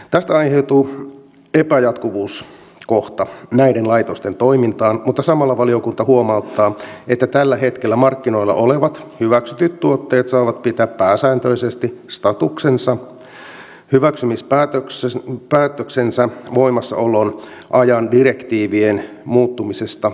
tästä aiheutuu epäjatkuvuuskohta näiden laitosten toimintaan mutta samalla valiokunta huomauttaa että tällä hetkellä markkinoilla olevat hyväksytyt tuotteet saavat pitää pääsääntöisesti statuksensa hyväksymispäätöksensä voimassaolon ajan direktiivien muuttumisesta huolimatta